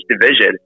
Division